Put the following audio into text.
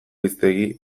hiztegi